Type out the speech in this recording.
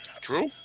True